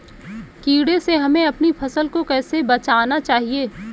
कीड़े से हमें अपनी फसल को कैसे बचाना चाहिए?